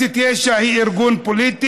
אומרת: